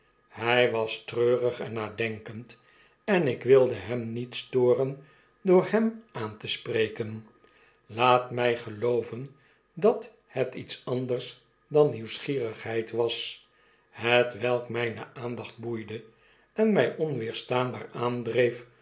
hg was treurig en nadenkend en ik wilde hem niet storen door hem aan te spreken laat mg gelooven dat het iets anders dan uieuwsgierigheid was hetwelk mijne aandacht boeide en mg onweerstaanbaar aandreef